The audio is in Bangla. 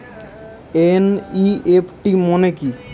এন.ই.এফ.টি মনে কি?